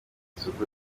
isuku